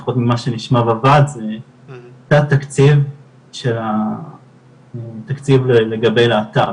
לפחות ממה שנשמע בוועד זה תת תקציב של התקציב לגבי להט"ב